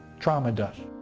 trauma does.